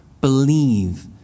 Believe